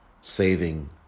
saving